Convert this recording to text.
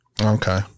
okay